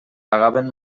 pagaven